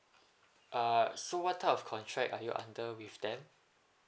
err so what type of contract are you under with them